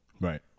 Right